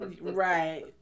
Right